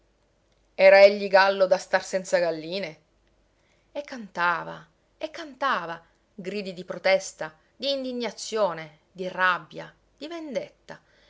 era egli gallo da star senza galline e cantava e cantava gridi di protesta di indignazione di rabbia di vendetta